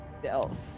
Stealth